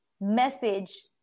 message